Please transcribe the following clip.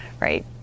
right